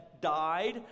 died